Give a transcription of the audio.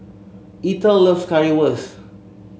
Eathel loves Currywurst